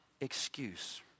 excuse